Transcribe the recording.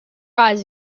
eyes